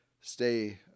stay